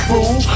Fool